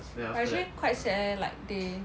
but actually quite sad eh like they